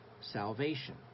salvation